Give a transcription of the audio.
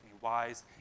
wise